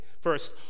First